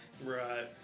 Right